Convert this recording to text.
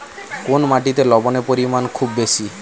কোন মাটিতে লবণের পরিমাণ খুব বেশি?